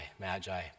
magi